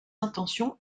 intentions